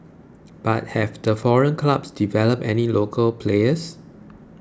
but have the foreign clubs developed any local players